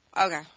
Okay